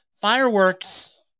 Fireworks